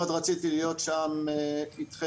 מאוד רציתי להיות שם איתכם,